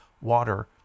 water